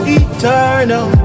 eternal